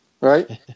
right